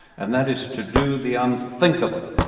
and that is to do the unthinkable,